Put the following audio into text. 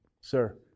sir